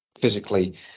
physically